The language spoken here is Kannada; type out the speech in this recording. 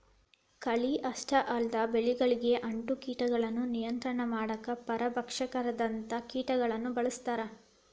ಕಳೆ ಅಷ್ಟ ಅಲ್ಲದ ಬೆಳಿಗಳಿಗೆ ಅಂಟೊ ಕೇಟಗಳನ್ನ ನಿಯಂತ್ರಣ ಮಾಡಾಕ ಪರಭಕ್ಷಕದಂತ ಕೇಟಗಳನ್ನ ಬಳಸ್ತಾರ